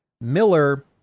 Miller